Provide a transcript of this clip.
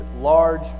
large